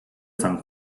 san